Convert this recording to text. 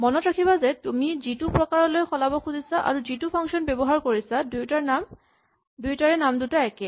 মনত ৰাখিবা যে তুমি যিটো প্ৰকাৰলৈ সলাব খুজিছা আৰু যিটো ফাংচন ব্যৱহাৰ কৰিছা দুয়োটাৰে নাম দুটা একে